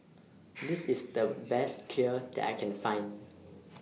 This IS The Best Kheer that I Can Find